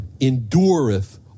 endureth